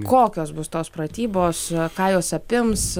kokios bus tos pratybos ka jos apims